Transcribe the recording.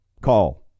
call